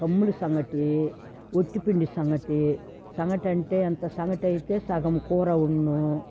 కమ్ముడు సంగటి వట్టిపిండి సంగటి సంగటంటే అంత సంగటైతే సగం కూర ఉన్ను